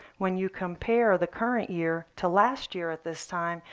when you compare the current year to last year at this time,